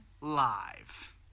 Live